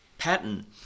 pattern